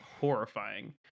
horrifying